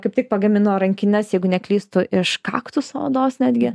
kaip tik pagamino rankines jeigu neklystu iš kaktuso odos netgi